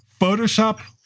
Photoshop